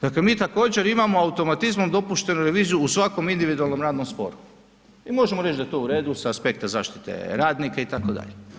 Dakle, mi također imamo automatizmom dopuštenu reviziju u svakom individualnom radnom sporu i možemo reći da je to u redu sa aspekta zaštite radnika itd.